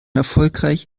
erfolgreich